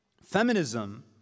feminism